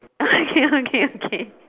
okay okay okay